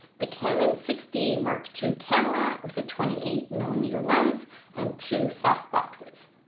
the canon sixty mark, two camera with a twenty eight millimeter lens and two softboxes.